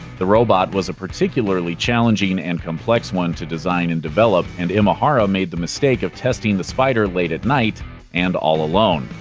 the robot was a particularly challenging challenging and complex one to design and develop, and imahara made the mistake of testing the spider late at night and all alone.